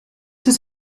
has